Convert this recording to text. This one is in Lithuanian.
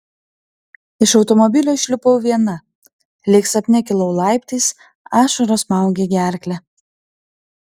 iš automobilio išlipau viena lyg sapne kilau laiptais ašaros smaugė gerklę